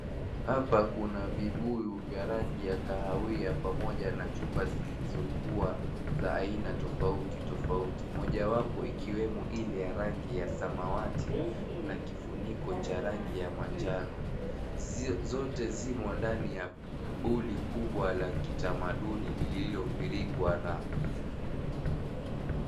Hapa kuna vibuyu vya rangi ya kahawia pamoja na chupa zilizokuwa za aina tofauti tofauti. Mojawapo ikiwemo ili ya rangi ya samawati na kifuniko cha rangi ya manjano. Zote zimo ndani ya buli kubwa la kitamaduni lililoviringwa na.